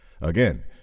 Again